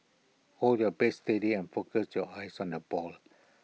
hold your bat steady and focus your eyes on the ball